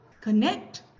connect